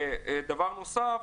ודבר נוסף,